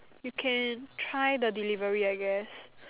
you can try the delivery I guess